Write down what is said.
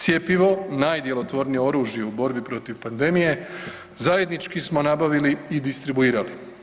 Cjepivo, najdjelotvornije oružje u borbi protiv pandemije zajednički smo nabavili i distribuirali.